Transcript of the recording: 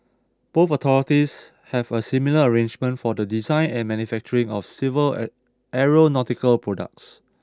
both authorities have a similar arrangement for the design and manufacturing of civil aeronautical products